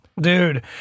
Dude